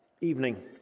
evening